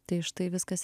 tai štai viskas